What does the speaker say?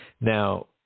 Now